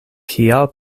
kial